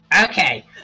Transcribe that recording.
Okay